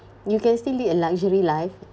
you can still live a luxury life